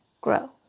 Grow